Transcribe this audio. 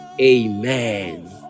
Amen